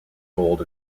gold